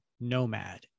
nomad